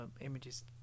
images